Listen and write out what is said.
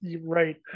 Right